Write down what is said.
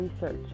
research